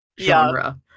genre